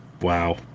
wow